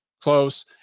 close